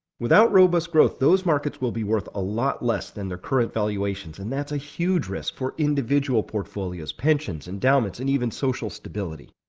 without robust growth those markets will be worth a lot less than their current valuations, and that's a huge risk for individual portfolios, pensions, endowments, and even social stability.